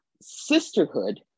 sisterhood